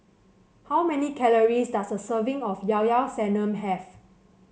how many calories does a serving of Llao Llao Sanum have